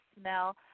smell